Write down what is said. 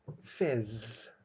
Fizz